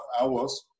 hours